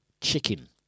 chicken